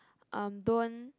um don't